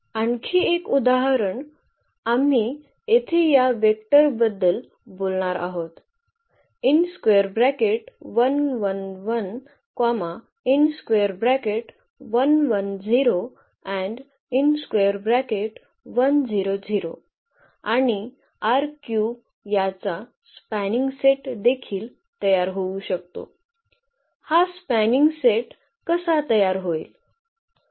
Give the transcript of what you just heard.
आणखी एक उदाहरण आम्ही येथे या वेक्टर बद्दल बोलणार आहोत आणि याचा स्पॅनिंग सेट देखील तयार होऊ शकतो हा स्पॅनिंग सेट कसा तयार होईल